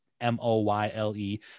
M-O-Y-L-E